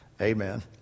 Amen